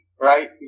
right